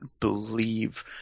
believe